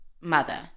mother